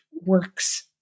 works